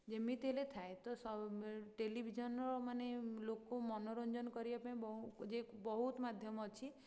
ଯେମିତି ହେଲେ ଥାଏ ଟେଲିଭିଜନର ମାନେ ଲୋକମାନେ ମନୋରଞ୍ଜନ କରିବା ପାଇଁ ବହୁତ ମାଧ୍ୟମ ଅଛି